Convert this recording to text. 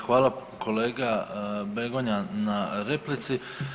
Hvala kolega BEgonja na replici.